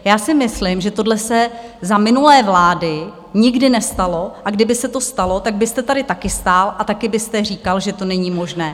Já si myslím, že tohle se za minulé vlády nikdy nestalo, a kdyby se to stalo, tak byste tady také stál a také byste říkal, že to není možné.